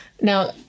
Now